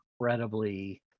incredibly